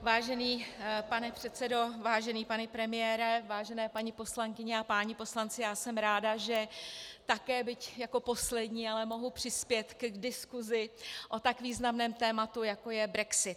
Vážený pane předsedo, vážený pane premiére, vážené paní poslankyně a páni poslanci, jsem ráda, že také, byť jako poslední, ale mohu přispět k diskusi o tak významném tématu, jako je brexit.